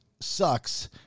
sucks